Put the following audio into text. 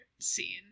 scene